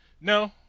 No